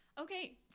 Okay